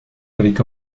avec